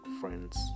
friends